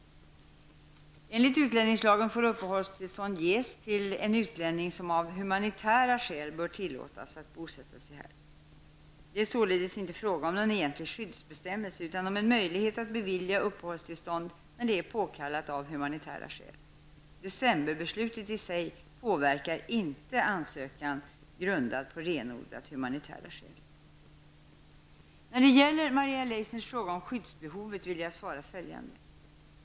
Enligt utlänningslagen får uppehållstillstånd ges till en utlänning som av humanitära skäl bör tillåtas att bosätta sig här. Det är således inte fråga om någon egentlig skyddsbestämmelse utan om en möjlighet att bevilja uppehållstillstånd när det är påkallat av humanitära skäl. ''December-beslutet'' i sig påverkar inte ansökan grundad på renodlat humanitära skäl. När det gäller Maria Leissners fråga om skyddsbehovet vill jag svara följande.